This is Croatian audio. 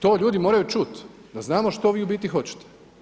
To ljudi moraju čut, da znamo što vi u biti hoćete.